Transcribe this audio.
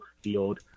field